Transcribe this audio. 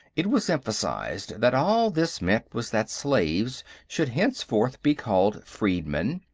it was emphasized that all this meant was that slaves should henceforth be called freedmen,